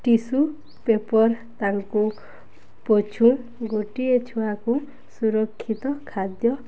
tissue paper ତାଙ୍କୁ ପଛୁ ଗୋଟିଏ ଛୁଆକୁ ସୁରକ୍ଷିତ ଖାଦ୍ୟ